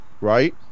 right